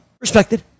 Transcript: respected